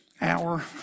hour